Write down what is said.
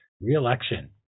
re-election